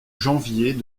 janvier